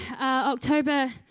October